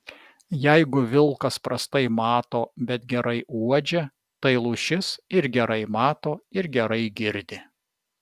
jeigu vilkas prastai mato bet gerai uodžia tai lūšis ir gerai mato ir gerai girdi